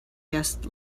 guest